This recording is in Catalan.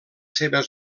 seves